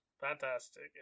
Fantastic